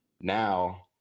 now